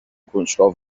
کنجکاو